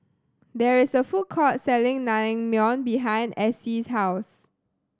there is a food court selling Naengmyeon behind Acey's house